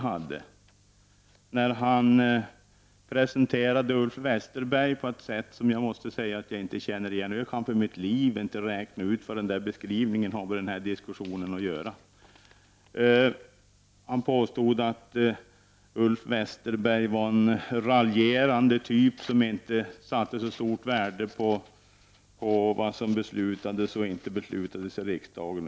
Han presenterade Ulf Westerberg på ett sätt som jag inte känner igen. Jag kan inte för mitt liv räkna ut vad den beskrivningen har med denna diskussion att göra. Kjell-Arne Welin påstod att Ulf Westerberg var en raljerande typ, som inte satte så stort värde på vad som beslutades och inte beslutades i riksdagen.